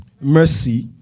mercy